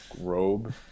robe